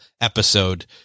episode